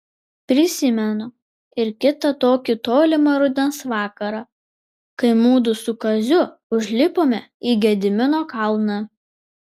prisimenu ir kitą tokį tolimą rudens vakarą kai mudu su kaziu užlipome į gedimino kalną